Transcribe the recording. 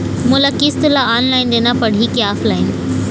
मोला किस्त ला ऑनलाइन देना पड़ही की ऑफलाइन?